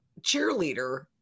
cheerleader